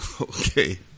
Okay